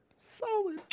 Solid